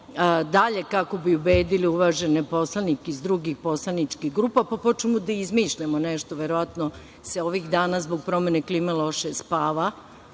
dalje, kako bismo ubedili uvažene poslanike iz drugih poslaničkih grupa, pa počnemo da izmišljamo nešto. Verovatno se ovih dana zbog promene klime loše spava,